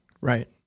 Right